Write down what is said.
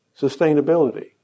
sustainability